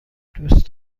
دوست